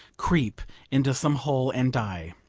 creep into some hole and die.